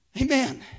amen